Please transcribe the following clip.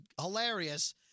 hilarious